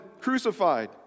crucified